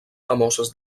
famoses